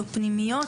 בפנימיות,